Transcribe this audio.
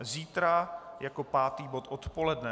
Zítra jako pátý bod odpoledne.